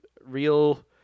Real